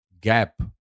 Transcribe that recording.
gap